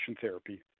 therapy